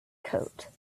coat